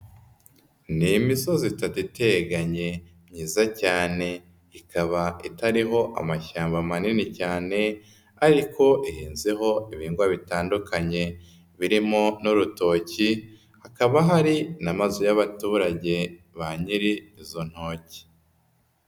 Ni imisozi itatu iteganye myiza cyane, ikaba itariho amashyamba manini cyane ariko ihinzeho ibihingwa bitandukanye birimo n'urutoki hakaba hari n'amazu y'abaturage ba nyiri izo ntoki.